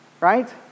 right